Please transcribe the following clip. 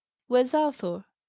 where's arthur?